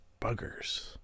Buggers